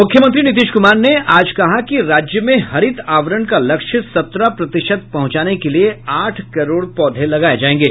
मुख्यमंत्री नीतीश कुमार ने आज कहा कि राज्य में हरित आवरण का लक्ष्य सत्रह प्रतिशत पहुंचाने के लिये आठ करोड़ पौधे लगाये जायेंगे